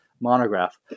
monograph